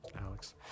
Alex